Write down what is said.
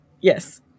Yes